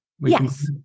Yes